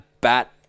bat